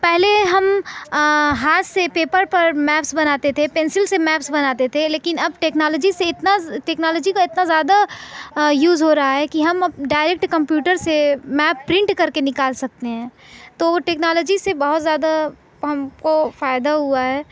پہلے ہم ہاتھ سے پیپر پر میپس بناتے تھے پنسل سے میپس بناتے تھے لیکن اب ٹکنالوجی سے اتنا ٹکنالوجی کا اتنا زیادہ یوز ہو رہا ہے کہ اب ہم ڈائریکٹ کمپیوٹر سے میپ پرنٹ کر کے نکال سکتے ہیں تو ٹکنالوجی سے بہت زیادہ ہم کو فائدہ ہوا ہے